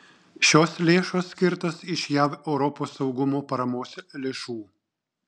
šios lėšos skirtos iš jav europos saugumo paramos lėšų